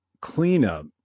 cleanup